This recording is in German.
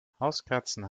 hauskatzen